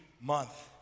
month